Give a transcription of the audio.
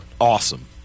awesome